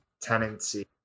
tenancy